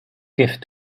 gift